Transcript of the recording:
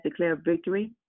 declarevictory